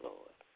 Lord